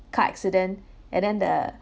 car accident and then the